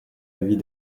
avis